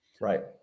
right